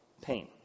pain